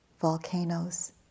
Volcanoes